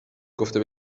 گفته